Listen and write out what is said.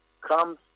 comes